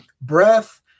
Breath